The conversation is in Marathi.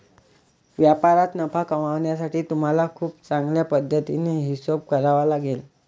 व्यापारात नफा कमावण्यासाठी तुम्हाला खूप चांगल्या पद्धतीने हिशोब करावा लागेल